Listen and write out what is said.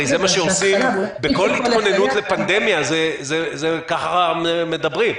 בכל התכוננות לפנדמיה ככה מדברים.